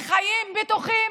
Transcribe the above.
לחיים בטוחים,